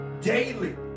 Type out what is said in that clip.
daily